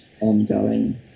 ongoing